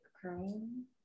Chrome